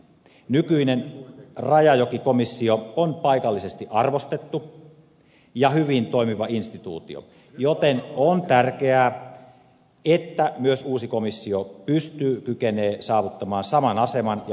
nykyinen rajajokikomissio on paikallisesti arvostettu ja hyvin toimiva instituutio joten on tärkeää että myös uusi komissio pystyy kykenee saavuttamaan saman aseman ja luottamuksen tornionjoella